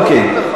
אוקיי.